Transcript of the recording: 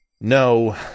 No